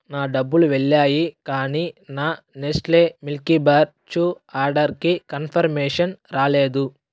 నా డబ్బులు వెళ్ళాయి కానీ నా నెస్ట్లే మిల్కీబార్ చూ ఆర్డర్కి కన్ఫర్మేషన్ రాలేదు